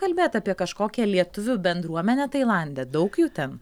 kalbėt apie kažkokią lietuvių bendruomenę tailande daug jų ten